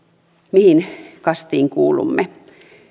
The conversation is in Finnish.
mihin kastiin kuulumme